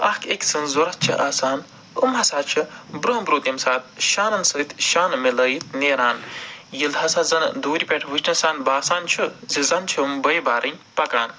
اکھ أکۍ سٕنٛز ضوٚرتھ چھِ آسان یِم ہَسا چھِ برٛونٛہہ برٛونٛہہ تَمہِ ساتہٕ شانَن سۭتۍ شانہٕ مِلٲیِتھ نیران ییٚلہِ ہَسا زَن دوٗرِ پٮ۪ٹھ وٕچھ نَسَن باسان چھُ زِ زَن چھِ یِم بٔے بارٕنۍ پَکان